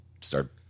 start